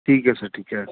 ਠੀਕ ਹੈ ਸਰ ਠੀਕ ਹੈ